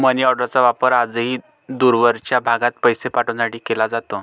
मनीऑर्डरचा वापर आजही दूरवरच्या भागात पैसे पाठवण्यासाठी केला जातो